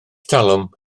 talwm